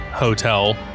Hotel